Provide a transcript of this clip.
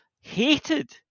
hated